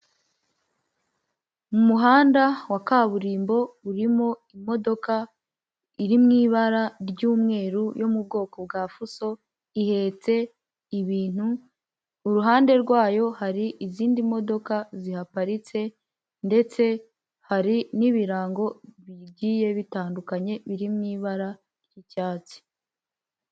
M'umuhanda wa kaburimbo urimo imodoka iri mu ibara ry'umweru yo m'ubwoko bwa fuso ihetse ibintu, uruhande rwayo hari izindi modoka zihaparitse ndetse hari n'ibirango bigiye bitandukanye biriri mu ibara ry'icyatsi.